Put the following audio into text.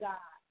God